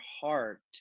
heart